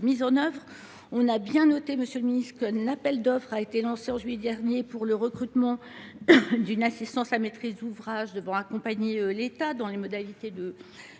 mise en œuvre. Nous avons bien noté, monsieur le ministre, qu’un appel d’offres avait été lancé en juillet dernier pour le recrutement d’une assistance à maîtrise d’ouvrage destinée à accompagner l’État dans les modalités de